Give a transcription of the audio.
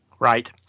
Right